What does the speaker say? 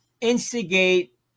instigate